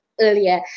earlier